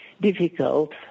difficult